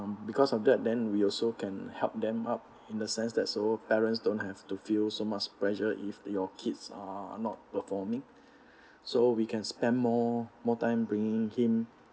because of that then we also can help them up in the sense that so parents don't have to feel so much pressure if your kids are not performing so we can spend more more time bringing him